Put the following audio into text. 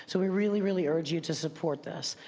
so we really, really urge you to support this.